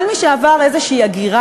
כל מי שעבר הגירה,